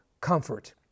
comfort